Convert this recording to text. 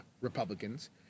Republicans